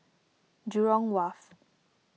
Jurong Wharf